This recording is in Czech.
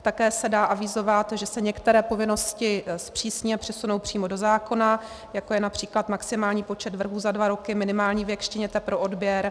Také se dá avizovat, že se některé povinnosti zpřísní a přesunou přímo do zákona, jako je například maximální počet vrhů za dva roky, minimální věk štěněte pro odběr.